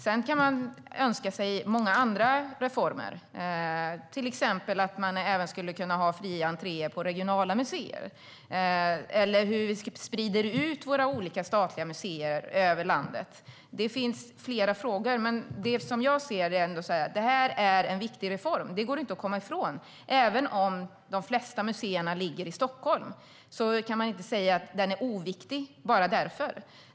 Sedan kan man önska sig många andra reformer, till exempel att vi skulle kunna ha fri entré på regionala museer eller titta på hur vi sprider ut våra statliga museer över landet. Det finns flera frågor, men det jag ser är ändå att detta är en viktig reform. Det går inte att komma ifrån. Man kan inte säga att den är oviktig bara för att de flesta museerna ligger i Stockholm.